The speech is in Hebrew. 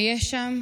ויש שם